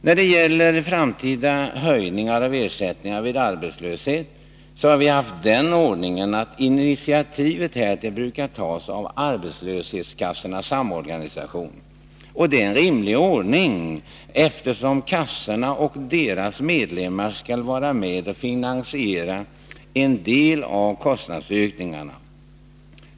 När det gäller framtida höjningar av ersättningarna vid arbetslöshet har vi haft den ordningen att initiativ härtill brukar tas av arbetslöshetskassornas samorganisation. Det är en rimlig ordning, eftersom kassorna och deras medlemmar skall vara med och finansiera en del av kostnadsökningarna.